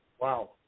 Wow